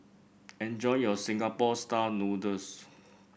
enjoy your Singapore style noodles